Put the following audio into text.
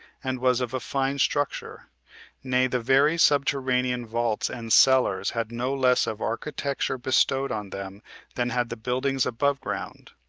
and was of a fine structure nay, the very subterranean vaults and cellars had no less of architecture bestowed on them than had the buildings above ground.